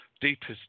deepest